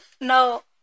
No